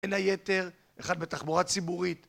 בין היתר, אחד בתחבורה ציבורית